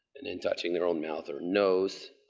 and then touching their own mouth or nose.